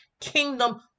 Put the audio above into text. kingdom